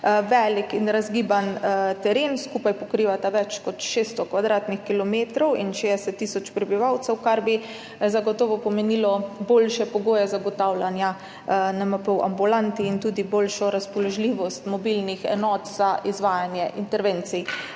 velik in razgiban teren, skupaj pokrivata več kot 600 kvadratnih kilometrov in 60 tisoč prebivalcev, kar bi zagotovo pomenilo boljše pogoje zagotavljanja NMP v ambulanti in tudi boljšo razpoložljivost mobilnih enot za izvajanje intervencij